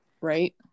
right